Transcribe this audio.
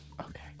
Okay